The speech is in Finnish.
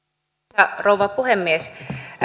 arvoisa rouva puhemies